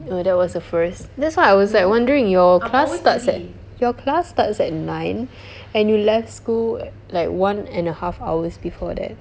err that was a first that's why I was like wondering your class starts at your class starts at nine and you left school at like one and a half hours before that